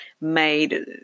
made